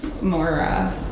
more